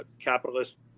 capitalist